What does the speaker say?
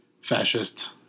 fascist